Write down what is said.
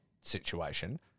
situation